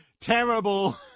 terrible